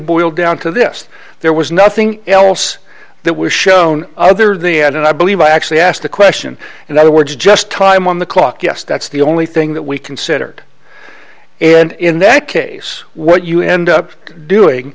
boiled down to this there was nothing else that was shown other the ad and i believe i actually asked the question and i were just time on the clock yes that's the only thing that we considered and in that case what you end up doing